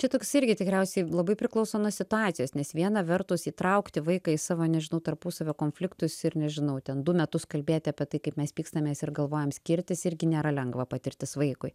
čia toks irgi tikriausiai labai priklauso nuo situacijos nes viena vertus įtraukti vaiką į savo nežinau tarpusavio konfliktus ir nežinau ten du metus kalbėti apie tai kaip mes pykstamės ir galvojam skirtis irgi nėra lengva patirtis vaikui